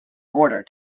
order